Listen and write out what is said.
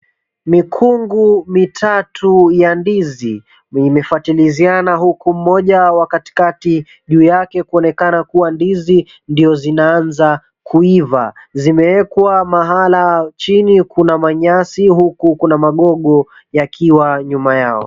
Mikungu mitatu ya ndizi imefuataliziana huku moja wa katikati juu yake kuonekana kuwa ndizi ndo zinaanza kuiva. Zimewekwa mahala chini kuna manyasi huku kuna magogo yakiwa nyuma yao.